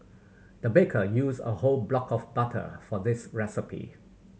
the baker used a whole block of butter for this recipe